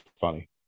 funny